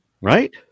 right